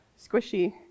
squishy